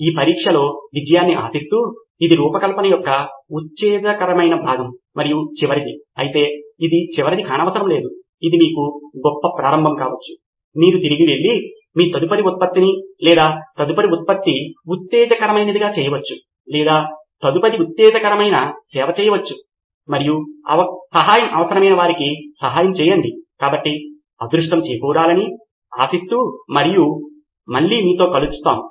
కాబట్టి ఈ పరీక్షలో విజయాన్ని ఆశిస్తూ ఇది రూపకల్పన ఆలోచన యొక్క ఉత్తేజకరమైన భాగం మరియు చివరిది అయితే ఇది చివరిది కానవసరం లేదు ఇది మీకు గొప్ప ప్రారంభం కావచ్చు మీరు తిరిగి వెళ్లి మీ తదుపరి ఉత్పత్తిని లేదా తదుపరి ఉత్పత్తి ఉత్తేజకరమైనదిగా చేయవచ్చు లేదా తదుపరి ఉత్తేజకరమైన సేవ చేయవచ్చు మరియు సహాయం అవసరమైన వారికి సహాయం చేయండి కాబట్టి అదృష్టం చేకూరాలని ఆశిస్తూ మరియు మళ్లీ మీతో కలుస్తాం